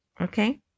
Okay